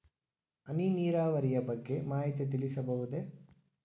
ಹನಿ ನೀರಾವರಿಯ ಬಗ್ಗೆ ಮಾಹಿತಿ ತಿಳಿಸಬಹುದೇ?